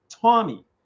tommy